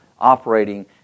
operating